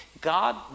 god